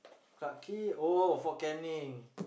Clarke-Quay oh Fort-Canning